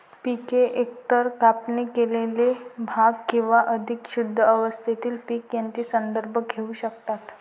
पिके एकतर कापणी केलेले भाग किंवा अधिक शुद्ध अवस्थेतील पीक यांचा संदर्भ घेऊ शकतात